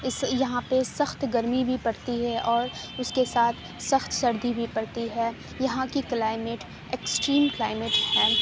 اس یہاں پہ سخت گرمی بھی پڑتی ہے اور اس کے ساتھ سخت سردی بھی پڑتی ہے یہاں کی کلائمیٹ اکسٹریم کلائمیٹ ہے